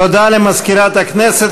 תודה למזכירת הכנסת.